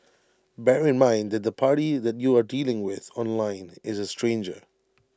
bear in mind that the party that you are dealing with online is A stranger